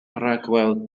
rhagweld